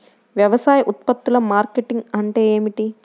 వ్యవసాయ ఉత్పత్తుల మార్కెటింగ్ అంటే ఏమిటి?